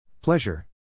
Pleasure